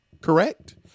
Correct